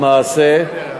למעשה,